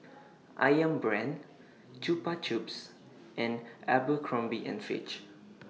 Ayam Brand Chupa Chups and Abercrombie and Fitch